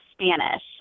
Spanish